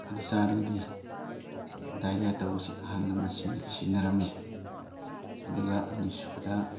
ꯑꯗꯨ ꯆꯥꯔꯒꯗꯤ ꯗꯥꯏꯔꯤꯌꯥ ꯇꯧꯕꯁꯤ ꯑꯍꯜ ꯂꯃꯟꯁꯤꯡꯅ ꯁꯤꯖꯤꯟꯅꯔꯝꯃꯤ ꯑꯗꯨꯒ ꯑꯅꯤꯁꯨꯕꯗ